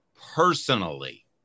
personally